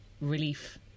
relief